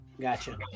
Gotcha